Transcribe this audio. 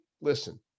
listen